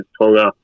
Tonga